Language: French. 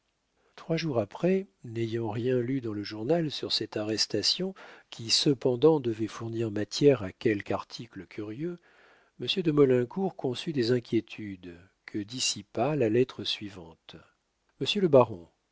trois jours après n'ayant rien lu dans le journal sur cette arrestation qui cependant devait fournir matière à quelque article curieux monsieur de maulincour conçut des inquiétudes que dissipa la lettre suivante monsieur le baron